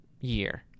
year